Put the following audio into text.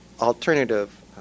alternative